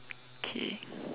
okay